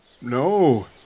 No